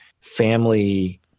family